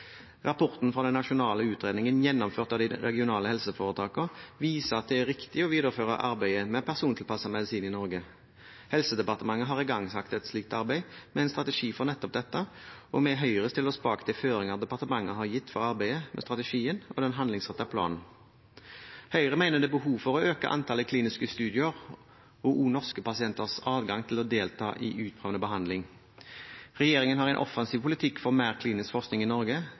Rapporten fra den nasjonale utredningen, gjennomført av de regionale helseforetakene, viser at det er riktig å videreføre arbeidet med persontilpasset medisin i Norge. Helsedepartementet har igangsatt et slikt arbeid med en strategi for nettopp dette, og vi i Høyre stiller oss bak de føringer departementet har gitt for arbeidet med strategien og den handlingsrettede planen. Høyre mener det er behov for å øke antallet kliniske studier og også norske pasienters adgang til å delta i utprøvende behandling. Regjeringen har en offensiv politikk for mer klinisk forskning i Norge,